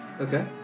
okay